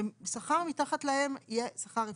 ששכר מתחת להם יהיה שכר הפסד.